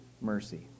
mercy